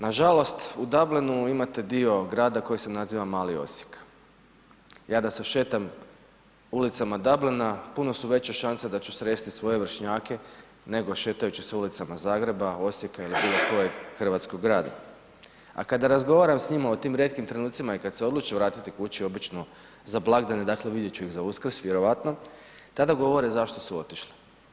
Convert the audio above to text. Nažalost u Dublinu imate dio grada koji se naziva Mali Osijek, ja da sad šetam ulicama Dublina puno su veće šanse da ću sresti svoje vršnjake, nego šetajući se ulicama Zagreba, Osijeka ili bilo kojeg hrvatskog grada, a kada razgovaram s njima o tim rijetkim trenucima i kad se odluče vratiti kući, obično za blagdane, dakle vidjet ću ih za Uskrs vjerojatno, tada govore zašto su otišli.